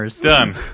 Done